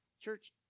church